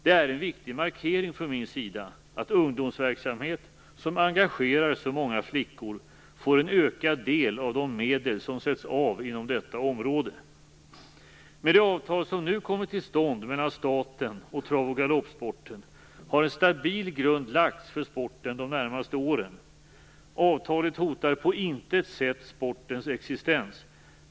Det är en viktig markering från min sida att ungdomsverksamhet som engagerar så många flickor får en ökad del av de medel som sätts av inom detta område. Med det avtal som nu kommit till stånd mellan staten och trav och galoppsporten har en stabil grund lagts för sporten de närmaste åren. Avtalet hotar på intet sätt sportens existens.